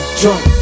drunk